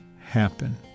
happen